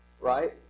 right